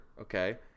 okay